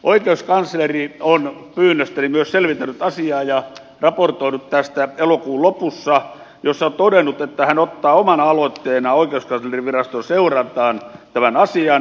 oikeuskansleri on pyynnöstäni myös selvitellyt asiaa ja raportoinut tästä elokuun lopussa jolloin on todennut että hän ottaa omana aloitteenaan oikeuskanslerinviraston seurantaan tämän asian